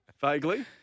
Vaguely